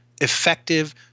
Effective